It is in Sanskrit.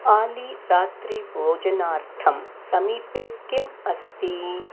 आली रात्रिभोजनार्थं समीपे किम् अस्ति